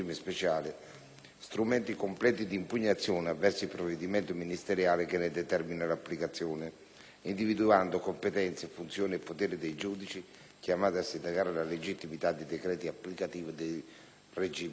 strumenti completi di impugnazione avverso il provvedimento ministeriale che ne determina l'applicazione, individuando competenze, funzioni e poteri dei giudici chiamati a sindacare la legittimità dei decreti applicativi del regime in questione.